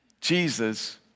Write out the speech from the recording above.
Jesus